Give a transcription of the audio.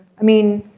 i mean,